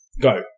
Go